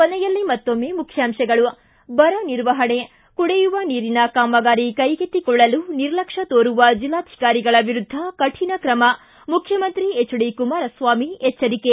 ಕೊನೆಯಲ್ಲಿ ಮತ್ತೊಮ್ಮೆ ಮುಖ್ಯಾಂಶಗಳು ್ತಿ ಬರ ನಿರ್ವಹಣೆ ಕುಡಿಯುವ ನೀರಿನ ಕಾಮಗಾರಿ ಕೈಗೆತ್ತಿಕೊಳ್ಳಲು ನಿರ್ಲಕ್ಷ್ಮ ತೋರುವ ಜಿಲ್ಲಾಧಿಕಾರಿಗಳ ವಿರುದ್ಧ ಕಠಿಣ ಕ್ರಮ ಮುಖ್ಯಮಂತ್ರಿ ಎಚ್ಚರಿಕೆ